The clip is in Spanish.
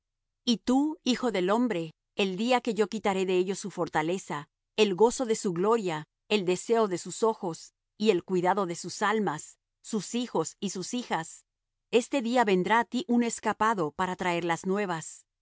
y tú hijo del hombre el día que yo quitaré de ellos su fortaleza el gozo de su gloria el deseo de sus ojos y el cuidado de sus almas sus hijos y sus hijas este día vendrá á ti un escapado para traer las nuevas